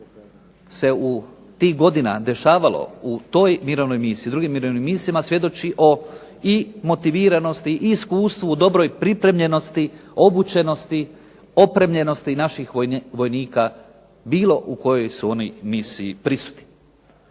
se u tih godina dešavalo u toj mirovnoj misiji, drugim mirovnim misijama svjedoči o i motiviranosti i iskustvu, dobroj pripremljenosti, obučenosti, opremljenosti naših vojnika bilo u kojoj su oni misiji prisutni.